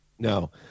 No